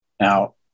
Now